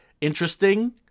interesting